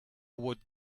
would